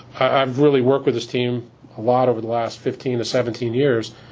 i've really worked with this team a lot over the last fifteen to seventeen years.